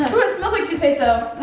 oo, it smells like toothpaste though.